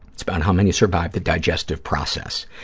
it's about how many survive the digestive process.